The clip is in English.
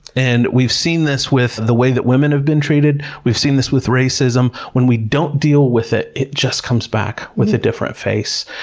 and we've seen this with the way that women have been treated. we've seen this with racism. when we don't deal with it, it just comes back with a different face.